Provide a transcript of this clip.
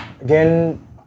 Again